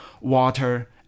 water